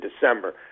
December